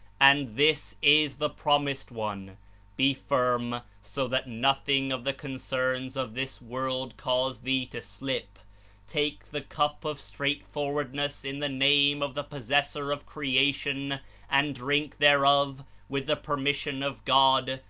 and this is the promised one be firm so that nothing of the concerns of this world cause thee to slip take the cup of stralghtforvvardness in the name of the possessor of creation and drink there of with the permission of god,